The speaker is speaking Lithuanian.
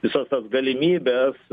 visas tas galimybės